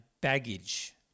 baggage